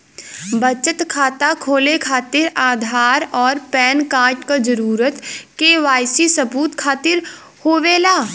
बचत खाता खोले खातिर आधार और पैनकार्ड क जरूरत के वाइ सी सबूत खातिर होवेला